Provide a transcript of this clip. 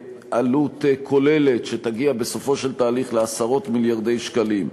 בעלות כוללת שתגיע בסופו של התהליך לעשרות מיליארדי שקלים.